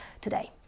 today